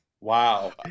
Wow